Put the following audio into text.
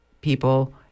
people